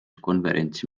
konverentsi